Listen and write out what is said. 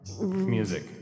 music